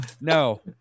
No